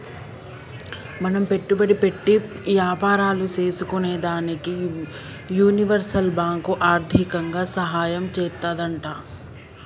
మనం పెట్టుబడి పెట్టి యాపారాలు సేసుకునేదానికి యూనివర్సల్ బాంకు ఆర్దికంగా సాయం చేత్తాదంట